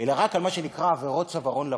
אלא רק על מה שנקרא עבירות צווארון לבן.